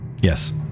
Yes